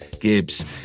Gibbs